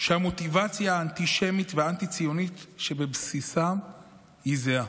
והמוטיבציה האנטישמית והאנטי-ציונית שבבסיסם היא זהה.